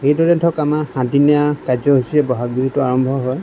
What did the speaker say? এইদৰে ধৰক আমাৰ সাত দিনীয়া কাৰ্য্যসূচীৰে বহাগ বিহুটো আৰম্ভ হয়